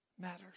matters